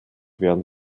werden